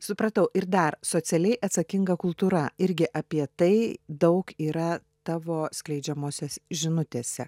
supratau ir dar socialiai atsakinga kultūra irgi apie tai daug yra tavo skleidžiamose žinutėse